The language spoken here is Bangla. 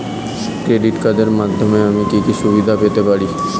ক্রেডিট কার্ডের মাধ্যমে আমি কি কি সুবিধা পেতে পারি?